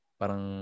parang